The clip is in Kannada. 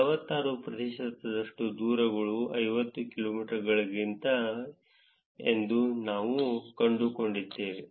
46 ಪ್ರತಿಶತದಷ್ಟು ದೂರಗಳು 50 ಕಿಲೋಮೀಟರ್ಗಳಿಗಿಂತ ಎಂದು ನಾವು ಕಂಡುಕೊಂಡಿದ್ದೇವೆ